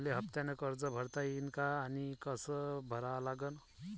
मले हफ्त्यानं कर्ज भरता येईन का आनी कस भरा लागन?